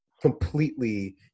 completely